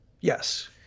Yes